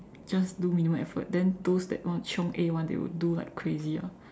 just do minimum effort then those that want chiong A one they will do like crazy ah